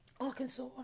Arkansas